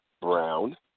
Brown